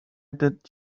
did